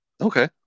Okay